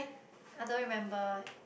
I don't remember